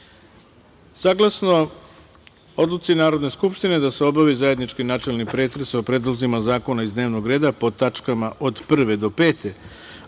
Odluci Narodne skupštine da se obavi zajednički načelni pretres o predlozima zakona iz dnevnog reda pod tačkama od 1. do 5,